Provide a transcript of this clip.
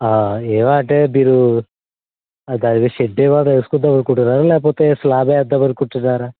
ఆ ఏమంటే మీరు దాని మీద షడ్ ఏమైనావేసుకుందామనుకుంటున్నారా లేకపోతే స్లాబ్ వేద్దామనుకుంటున్నారా